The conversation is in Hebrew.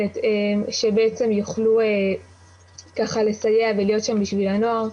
שבעצם יוכלו ככה לסייע ולהיות שם בשביל הנוער.